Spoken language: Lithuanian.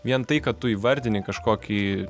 vien tai kad tu įvardini kažkokį